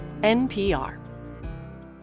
NPR